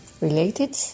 related